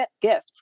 gift